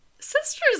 sisters